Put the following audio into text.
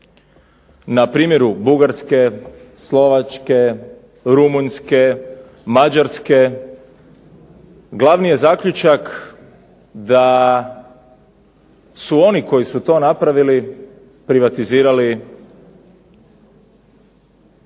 na primjeru Bugarske, Slovačke, Rumunjske, Mađarske glavni je zaključak da su oni koji su to napravili privatizirali